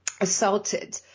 assaulted